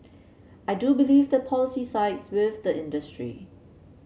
I do believe the policy sides with the industry